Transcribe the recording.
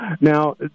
Now